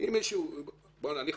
אני חקלאי,